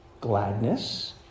gladness